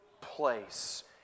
place